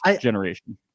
generation